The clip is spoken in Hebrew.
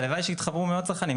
הלוואי ויתחברו מאות צרכנים.